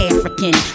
African